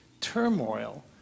turmoil